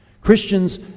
Christians